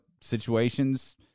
situations